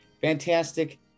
fantastic